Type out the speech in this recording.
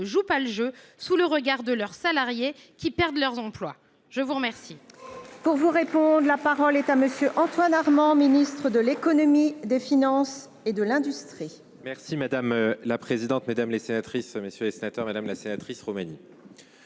ne jouent pas le jeu sous le regard de leurs salariés qui perdent leur emploi ? La parole